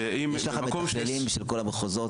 שאם --- יש לכם מתכללים של כל המחוזות,